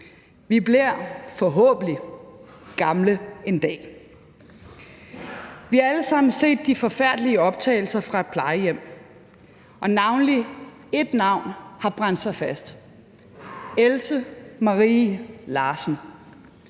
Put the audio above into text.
Vi bliver forhåbentlig gamle en dag. Vi har alle sammen set de forfærdelige optagelser fra et plejehjem, og navnlig et navn har brændt sig fast: Else Marie Larsen.